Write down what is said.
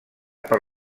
per